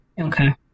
Okay